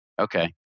Okay